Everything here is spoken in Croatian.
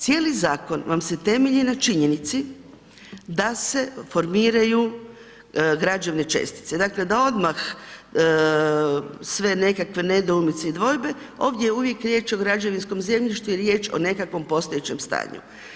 Cijeli zakon vam se temelji na činjenici da se formiraju građevne čestice, dakle da odmah sve nekakve nedoumice i dvojbe ovdje je uvijek riječ o građevinskom zemljištu i riječ o nekakvom postojećem stanju.